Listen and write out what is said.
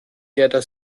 gerda